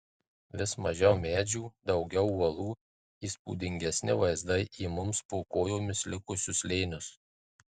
vis mažiau medžių daugiau uolų įspūdingesni vaizdai į mums po kojomis likusius slėnius